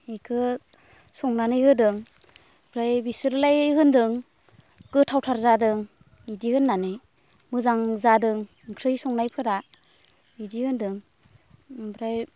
बेखौ संनानै होदों ओमफ्राय बिसोरलाय होनदों गोथावथार जादों बिदि होननानै मोजां जादों ओंख्रि संनायफोरा बिदि होन्दों ओमफ्राय